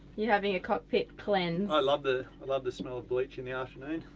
you're having a cockpit cleanse. i love the love the smell of bleach in the afternoon.